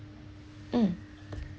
mm